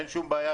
אין שום בעיה,